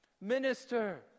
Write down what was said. Minister